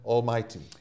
Almighty